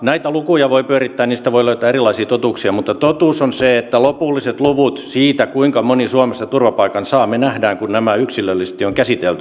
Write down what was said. näitä lukuja voi pyörittää niistä voi löytää erilaisia totuuksia mutta totuus on se että lopulliset luvut siitä kuinka moni suomessa turvapaikan saa me näemme kun nämä yksilöllisesti on käsitelty